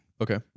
Okay